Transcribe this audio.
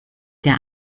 der